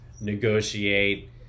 negotiate